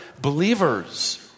believers